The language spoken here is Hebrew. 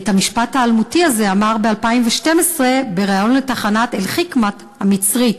אמר את המשפט האלמותי הזה ב-2012 בריאיון לתחנת "אל-חִכמת" המצרית.